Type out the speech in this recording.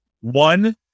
One